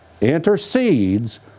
intercedes